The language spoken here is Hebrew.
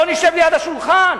בוא נשב ליד השולחן,